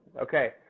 okay